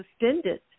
suspended